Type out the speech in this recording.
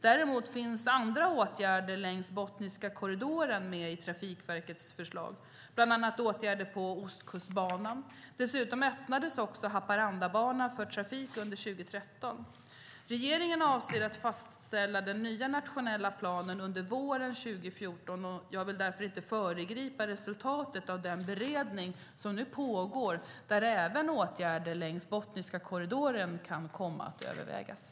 Däremot finns andra åtgärder längs Botniska korridoren med i Trafikverkets förslag, bland annat åtgärder på Ostkustbanan. Dessutom öppnades Haparandabanan för trafik under 2013. Regeringen avser att fastställa den nya nationella planen under våren 2014. Jag vill därför inte föregripa resultatet av den beredning som nu pågår, där även åtgärder längs Botniska korridoren kan komma att övervägas.